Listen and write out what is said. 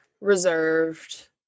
reserved